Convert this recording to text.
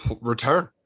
return